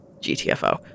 gtfo